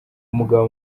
umugabo